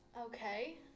Okay